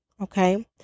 Okay